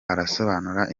arasobanura